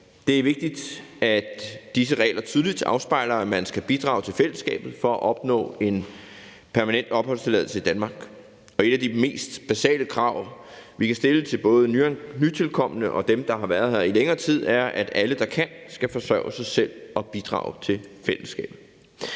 Det er vigtigt, at disse regler tydeligt afspejler, at man skal bidrage til fællesskabet for at opnå en permanent opholdstilladelse i Danmark. Et af de mest basale krav, vi kan stille til både nytilkomne og dem, der har været her i længere tid, er, at alle, der kan, skal forsørge sig selv og bidrage til fællesskabet.